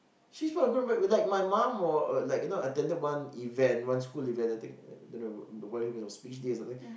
she spoke with poor grammar like my mom were uh like you know attended one event one school event I think don't know the probably because of speech day or something